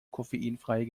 koffeinfreie